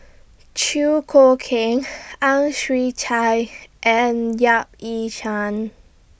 Chew Choo Keng Ang Chwee Chai and Yap Ee Chian